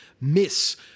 miss